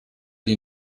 die